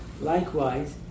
likewise